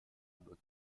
nur